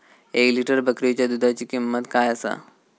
एक लिटर बकरीच्या दुधाची किंमत काय आसा?